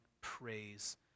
praise